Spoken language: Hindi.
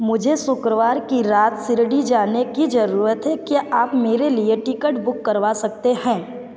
मुझे शुक्रवार की रात शिरडी जाने की ज़रूरत है क्या आप मेरे लिए टिकट बुक करवा सकते हैं